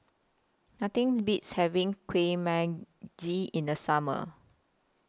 Nothing Beats having Kueh Manggis in The Summer